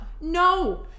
no